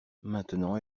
maintenant